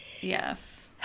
Yes